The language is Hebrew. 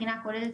ייתכן